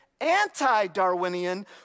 anti-Darwinian